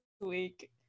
week